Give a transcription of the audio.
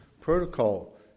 protocol